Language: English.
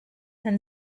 and